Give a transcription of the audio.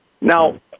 Now